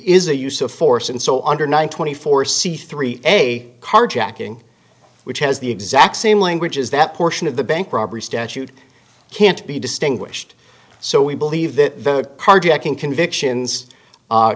is a use of force and so under nine twenty four c three a carjacking which has the exact same language as that portion of the bank robbery statute can't be distinguished so we believe that carjacking convictions